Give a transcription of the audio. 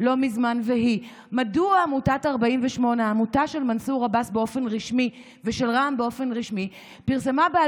אנחנו עוברים לנושא הבא על סדר-היום: הצעת